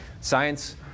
science